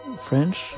French